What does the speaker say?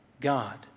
God